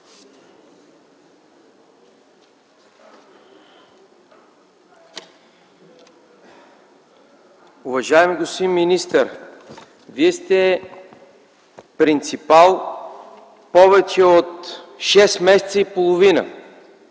Уважаеми господин министър, Вие сте принципал повече от шест месеца и половина.